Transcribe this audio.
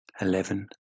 eleven